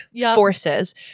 forces